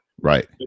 Right